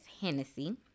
Hennessy